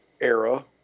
era